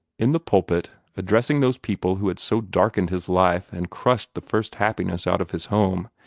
in the pulpit, addressing those people who had so darkened his life and crushed the first happiness out of his home,